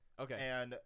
Okay